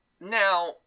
Now